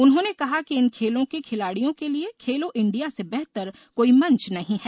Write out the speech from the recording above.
उन्होंने कहा कि इन खेलों के खिलाडियों के लिए खेलो इंडिया से बेहतर कोई मंच नहीं है